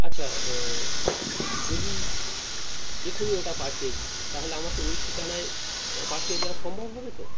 আচ্ছা যদি এখুনি ওটা পাঠিয়ে দিই তাহলে আমাকে ওই ঠিকানায় পাঠিয়ে দেওয়া সম্ভব হবে তো